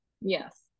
Yes